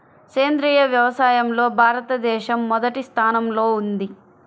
సేంద్రీయ వ్యవసాయంలో భారతదేశం మొదటి స్థానంలో ఉంది